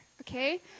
okay